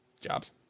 jobs